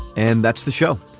and that's the show.